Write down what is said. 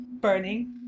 burning